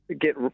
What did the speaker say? get